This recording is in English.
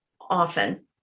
often